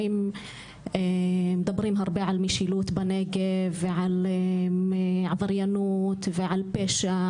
אנחנו מדברים הרבה על משילות בנגב ועל עבריינות ופשע,